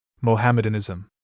Mohammedanism